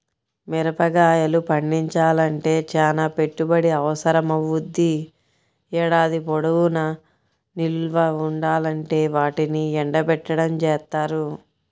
మిరగాయలు పండించాలంటే చానా పెట్టుబడి అవసరమవ్వుద్ది, ఏడాది పొడుగునా నిల్వ ఉండాలంటే వాటిని ఎండబెట్టడం జేత్తారు